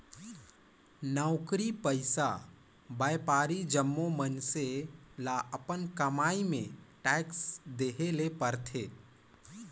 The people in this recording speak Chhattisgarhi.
नउकरी पइसा, बयपारी जम्मो मइनसे ल अपन कमई में टेक्स देहे ले परथे